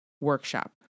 workshop